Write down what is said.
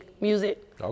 music